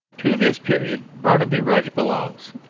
to this period barnaby rudge belongs.